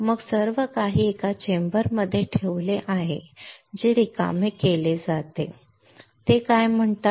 मग सर्व काही एका चेंबरमध्ये ठेवले आहे जे रिकामे केले जाते ते काय म्हणतात